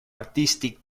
artistic